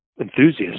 enthusiasts